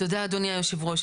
תודה אדוני היושב ראש.